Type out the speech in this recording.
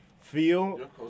feel